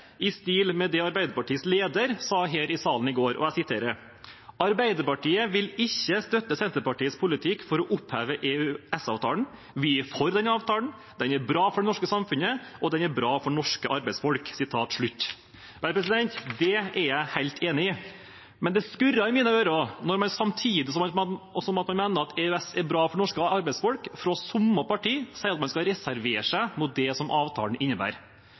i stil med det Arbeiderpartiets leder sa her i salen i går: «Arbeiderpartiet vil ikke støtte Senterpartiets politikk for å oppheve EØS-avtalen. Vi er for den avtalen. Den er bra for det norske samfunnet, og den er bra for norske arbeidsfolk.» Det er jeg helt enig i. Men det skurrer i mine ører når man, samtidig som man mener at EØS er bra for norske arbeidsfolk, fra samme parti sier at man skal reservere seg mot det avtalen innebærer.